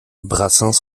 brassens